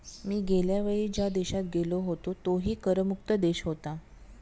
मी गेल्या वेळी ज्या देशात गेलो होतो तोही कर मुक्त देश होता